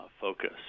focus